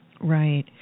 Right